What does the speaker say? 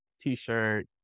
t-shirt